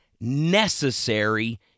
necessary